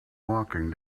walking